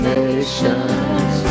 nations